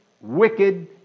wicked